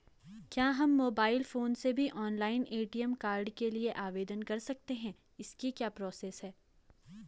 क्या हम mobile phone से भी ऑनलाइन ए.टी.एम कार्ड के लिए आवेदन कर सकते हैं इसकी क्या प्रोसेस है?